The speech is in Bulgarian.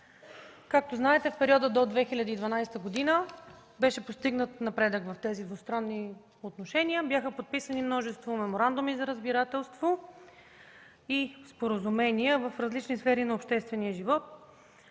Както знаете в периода до 2012 г. беше постигнат напредък в тези двустранни отношения, бяха подписани множество меморандуми за разбирателство и споразумения в различни сфери на обществения живот.